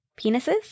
penises